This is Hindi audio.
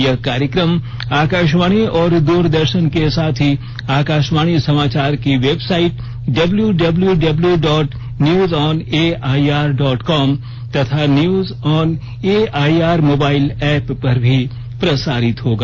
यह कार्यक्रम आकाशवाणी और दूरदर्शन के साथ ही आकाशवाणी समाचार की website W W dot news on A I R dot com तथा news on A I R mobile app पर भी प्रसारित होगा